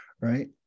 right